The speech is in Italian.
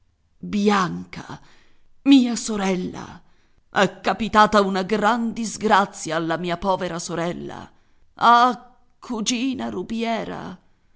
bianca mia sorella è capitata una gran disgrazia alla mia povera sorella ah cugina rubiera